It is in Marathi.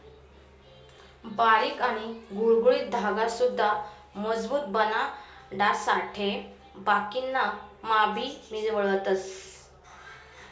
बारीक आणि गुळगुळीत धागा सुद्धा मजबूत बनाडासाठे बाकिना मा भी मिळवतस